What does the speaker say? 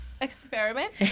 Experiment